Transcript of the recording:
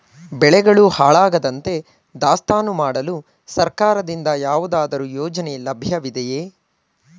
ಬೆಳೆಗಳು ಹಾಳಾಗದಂತೆ ದಾಸ್ತಾನು ಮಾಡಲು ಸರ್ಕಾರದಿಂದ ಯಾವುದಾದರು ಯೋಜನೆ ಲಭ್ಯವಿದೆಯೇ?